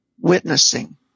witnessing